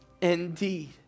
Indeed